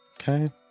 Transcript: okay